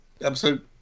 episode